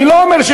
אני לא אומר,